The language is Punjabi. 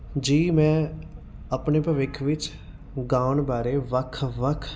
ਜੀ ਮੈਂ ਆਪਣੇ ਭਵਿੱਖ ਵਿੱਚ ਗਾਉਣ ਬਾਰੇ ਵੱਖ ਵੱਖ